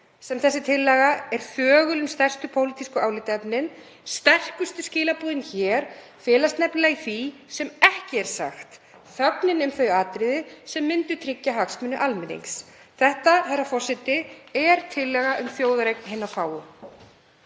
sem þessi tillaga er þögul um stærstu pólitísku álitaefnin. Sterkustu skilaboðin hér felast nefnilega í því sem ekki er sagt, í þögninni um þau atriði sem myndu tryggja hagsmuni almennings. Herra forseti. Þetta er tillaga um þjóðareign hinna fáu.